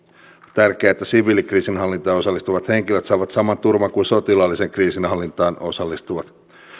tärkeää että siviilikriisinhallintaan osallistuvat henkilöt saavat saman turvan kuin sotilaalliseen kriisinhallintaan osallistuvat